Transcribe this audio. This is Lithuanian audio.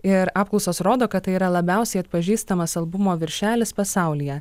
ir apklausos rodo kad tai yra labiausiai atpažįstamas albumo viršelis pasaulyje